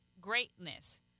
greatness